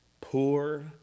poor